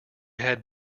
had